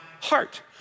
heart